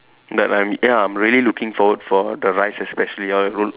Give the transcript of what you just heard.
but I'm ya I'm really looking forward for the rides especially ya roll~